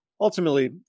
ultimately